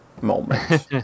moment